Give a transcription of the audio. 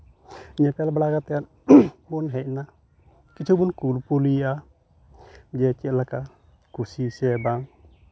ᱧᱮᱯᱮᱞ ᱵᱟᱲᱟ ᱠᱟᱛᱮᱫ ᱵᱚᱱ ᱦᱮᱡ ᱮᱱᱟ ᱠᱤᱪᱷᱩ ᱵᱚᱱ ᱠᱩᱯᱞᱤᱭᱟ ᱡᱮ ᱪᱮᱫ ᱞᱮᱠᱟ ᱠᱩᱥᱤ ᱥᱮ ᱵᱟᱝ